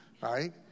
right